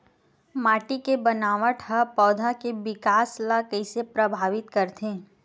माटी के बनावट हा पौधा के विकास ला कइसे प्रभावित करथे?